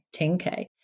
10k